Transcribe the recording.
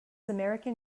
american